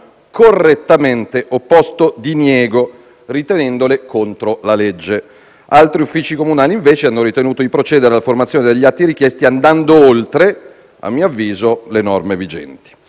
correttamente opposto diniego, ritenendole contro la legge. Altri uffici comunali, invece, hanno ritenuto di procedere alla formazione degli atti richiesti andando oltre, a mio avviso, le norme vigenti.